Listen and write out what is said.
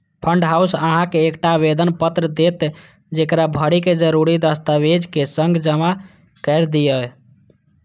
fund house अहां के एकटा आवेदन पत्र देत, जेकरा भरि कें जरूरी दस्तावेजक संग जमा कैर दियौ